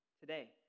today